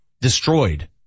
destroyed